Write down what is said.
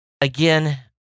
again